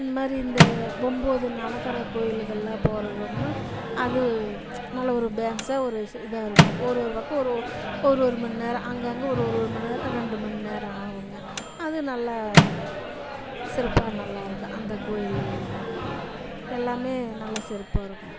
இந்தமாரி இந்த ஒம்பது நவ கிரக கோயில்கள்லாம் போகிறது அது நல்ல ஒரு பேமஸா ஒரு சி இதா இருக்கும் ஒரு ஒரு பக்கம் ஒரு ஒரு ஒரு ஒரு மணிநேரம் அங்கங்கே ஒரு ஒரு ஒரு மணிநேரம் ரெண்டு மணிநேரம் ஆகுங்க அது நல்லா சிறப்பாக நல்லா இருக்கும் அந்த கோயில்களும்மா எல்லாமே நல்ல சிறப்பாக இருக்கும்